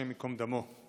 השם ייקום דמו.